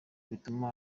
bituma